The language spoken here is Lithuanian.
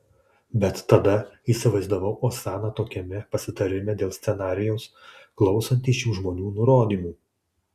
bet tada įsivaizdavau osaną tokiame pasitarime dėl scenarijaus klausantį šių žmonių nurodymų